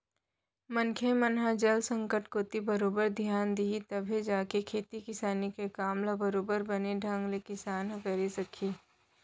मनखे मन ह जल संकट कोती बरोबर धियान दिही तभे जाके खेती किसानी के काम ल बरोबर बने ढंग ले किसान ह करे सकही